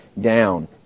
down